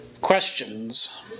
questions